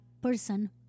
person